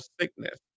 sickness